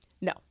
No